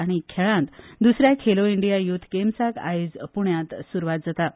आनी खेळात द्सऱ्या खेलो इंडिया युथ गेम्साक आयज पूण्यात सूरवात जाता